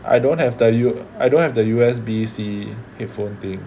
I don't have the U~ I don't have the U_S_B_C headphone thing